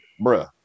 bruh